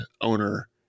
owner